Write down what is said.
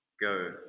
go